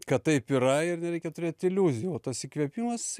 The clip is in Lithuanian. kad taip yra ir nereikia turėt iliuzijų o tas įkvėpimas jisai